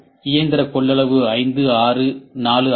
இயந்திர கொள்ளளவு 56 4 ஆகும்